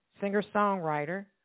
singer-songwriter